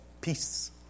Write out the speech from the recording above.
peace